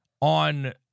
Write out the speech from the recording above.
on